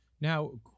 Now